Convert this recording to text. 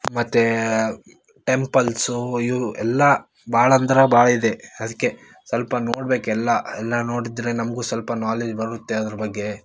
ಮತ್ತು ಟೆಂಪಲ್ಸು ಇವು ಎಲ್ಲ ಭಾಳ ಅಂದ್ರೆ ಭಾಳ ಇದೆ ಅದಕ್ಕೆ ಸ್ವಲ್ಪ ನೋಡ್ಬೇಕು ಎಲ್ಲ ಎಲ್ಲ ನೋಡಿದರೆ ನಮಗೂ ಸ್ವಲ್ಪ ನಾಲೆಜ್ ಬರುತ್ತೆ ಅದ್ರ ಬಗ್ಗೆ